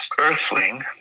Earthling